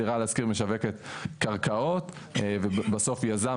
דירה להשכיר משווקת קרקעות ובסוף יזם